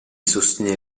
sostiene